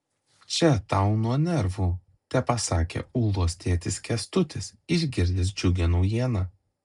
čia tau nuo nervų tepasakė ulos tėtis kęstutis išgirdęs džiugią naujieną